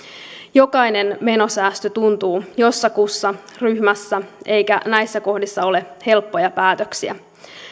jokainen menosäästö tuntuu jossakussa ryhmässä eikä näissä kohdissa ole helppoja päätöksiä